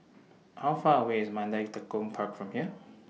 How Far away IS Mandai Tekong Park from here